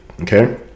Okay